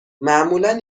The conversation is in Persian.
معمولا